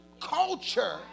culture